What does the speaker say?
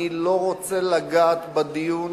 אני לא רוצה לגעת בדיון